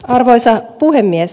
arvoisa puhemies